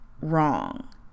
wrong